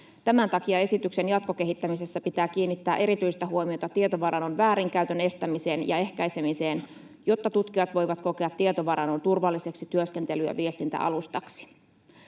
Tämän takia esityksen jatkokehittämisessä pitää kiinnittää erityistä huomiota tietovarannon väärinkäytön estämiseen ja ehkäisemiseen, jotta tutkijat voivat kokea tietovarannon turvalliseksi työskentely‑ ja viestintäalustaksi.